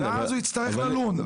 ואז הוא יצטרך ללון.